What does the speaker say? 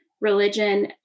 religion